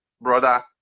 brother